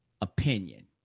opinion